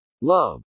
Love